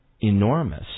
enormous